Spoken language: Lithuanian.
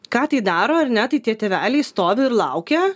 ką tai daro ar ne tai tie tėveliai stovi ir laukia